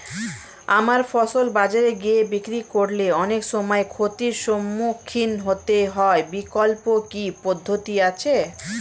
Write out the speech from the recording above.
আমার ফসল বাজারে গিয়ে বিক্রি করলে অনেক সময় ক্ষতির সম্মুখীন হতে হয় বিকল্প কি পদ্ধতি আছে?